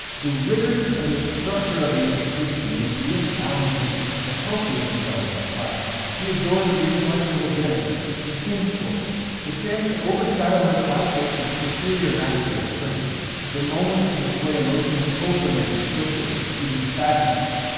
the rigours and structure of the institution made the years at allenswood the healthiest of eleanor's life. she adored the intellectual dinners, the team sports, the chance to overshadow her classmates with superior mastery of french, the moments to display emotions openly and socially, even sadness,